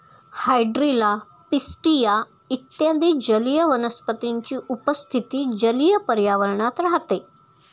hydrilla, pistia इत्यादी जलीय वनस्पतींची उपस्थिती जलीय पर्यावरणात राहते